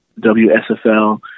WSFL